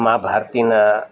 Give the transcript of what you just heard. મા ભારતીના